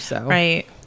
Right